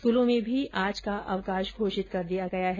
स्कूलों में भी आज का अवकाश घोषित किया गया है